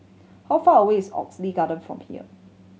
how far away is Oxley Garden from here